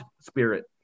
spirit